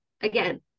again